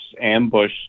ambush